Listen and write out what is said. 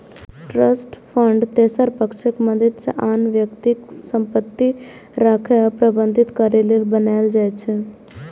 trust fund तेसर पक्षक मदति सं आन व्यक्तिक संपत्ति राखै आ प्रबंधित करै लेल बनाएल जाइ छै